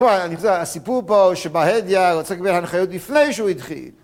וואי, הסיפור פה שבהדיא רוצה לקבל הנחיות לפני שהוא התחיל